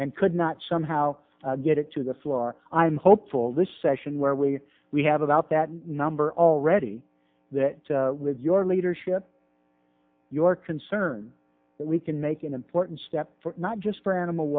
and could not somehow get it to the floor i'm hopeful this session where we we have about that number already that with your leadership your concern that we can make an important step not just for animal